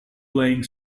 playing